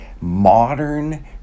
modern